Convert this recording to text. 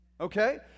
Okay